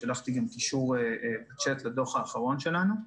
שלחתי גם קישור בצ'ט לדוח האחרון שלנו.